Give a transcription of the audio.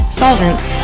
solvents